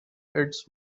its